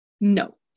No